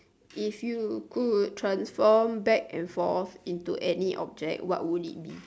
if you could transform back and forth into any object what would you be